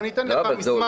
אתן לך מסמך מייד.